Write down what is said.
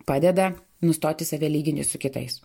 padeda nustoti save lyginti su kitais